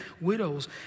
widows